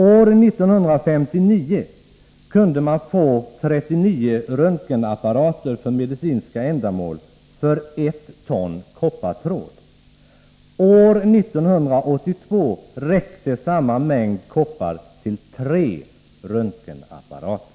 År 1959 kunde man få 39 röntgenapparater för medicinska ändamål för 1 ton koppartråd. År 1982 räckte samma mängd koppar till 3 röntgenapparater.